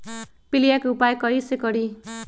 पीलिया के उपाय कई से करी?